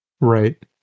Right